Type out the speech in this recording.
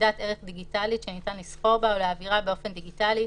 יחידת ערך דיגיטאלית שניתן לסחור בה או להעבירה באופן דיגיטאלי